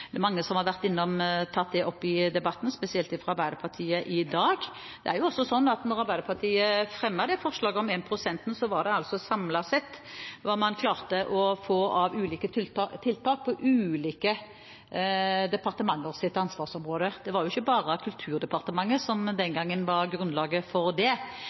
er mange som har vært innom det i debatten i dag, spesielt fra Arbeiderpartiet. Det er også sånn at da Arbeiderpartiet fremmet dette forslaget om 1 pst., utgjorde det samlet sett hva man klarte å få av ulike tiltak på ulike departementers ansvarsområde. Det var ikke bare Kulturdepartementet som den gangen var grunnlaget for det.